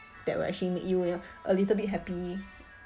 that will actually make you you know a little bit happy